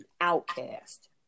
outcast